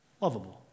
lovable